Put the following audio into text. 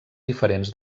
diferents